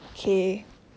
okay